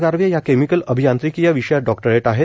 गारवे हया केमिकल अभियांत्रिकीय विषयात डॉक्टरेट आहेत